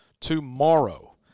tomorrow